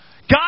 God